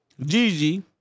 Gigi